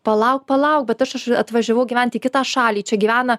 palauk palauk bet aš iš atvažiavau gyvent į kitą šalį čia gyvena